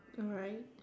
right